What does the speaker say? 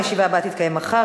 הישיבה הבאה תתקיים מחר,